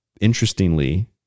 interestingly